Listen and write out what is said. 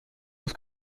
los